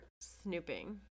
snooping